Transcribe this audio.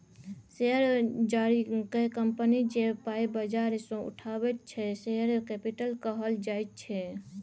share जारी कए company जे पाइ बजार सँ उठाबैत छै शेयर कैपिटल कहल जाइ छै